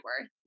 worth